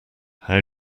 how